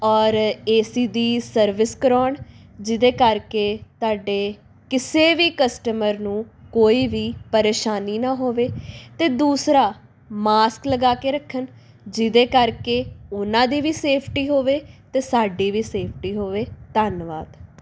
ਔਰ A C ਦੀ service ਕਰਵਾਉਣ ਜਿਹਦੇ ਕਰਕੇ ਤੁਹਾਡੇ ਕਿਸੇ ਵੀ ਕਸਟਮਰ ਨੂੰ ਕੋਈ ਵੀ ਪਰੇਸ਼ਾਨੀ ਨਾ ਹੋਵੇ ਅਤੇ ਦੂਸਰਾ ਮਾਸਕ ਲਗਾ ਕੇ ਰੱਖਣ ਜਿਹਦੇ ਕਰਕੇ ਉਹਨਾਂ ਦੀ ਵੀ ਸੇਫਟੀ ਹੋਵੇ ਅਤੇ ਸਾਡੀ ਵੀ ਸੇਫਟੀ ਹੋਵੇ ਧੰਨਵਾਦ